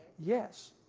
yes.